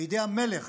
בידי המלך,